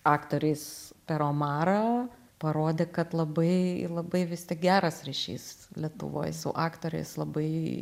aktoriais per omarą parodė kad labai labai vis tik geras ryšys lietuvoj su aktoriais labai